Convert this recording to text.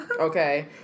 okay